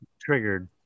Triggered